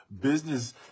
business